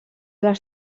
les